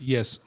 Yes